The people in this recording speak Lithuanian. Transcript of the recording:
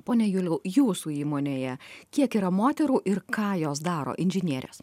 pone juliau jūsų įmonėje kiek yra moterų ir ką jos daro inžinierės